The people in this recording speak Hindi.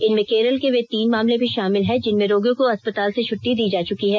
इनमें केरल के वे तीन मामले भी शामिल हैं जिनमें रोगियों को अस्पताल से छुट्टी दी जा चुकी है